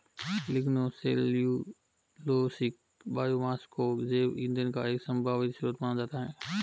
lignocellulosic biomass को जैव ईंधन का एक संभावित स्रोत माना जाता है